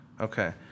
Okay